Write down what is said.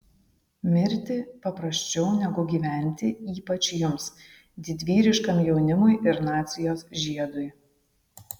mirti paprasčiau negu gyventi ypač jums didvyriškam jaunimui ir nacijos žiedui